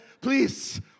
please